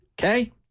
Okay